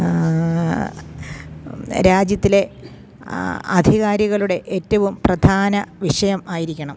രാജ്യത്തിലെ അധികാരികളുടെ ഏറ്റവും പ്രധാന വിഷയം ആയിരിക്കണം